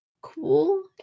cool